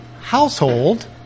household